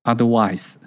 Otherwise